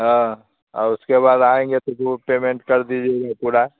हाँ और उसके बाद आएंगे तो जो पेमेंट कर दीजिएगा पूरा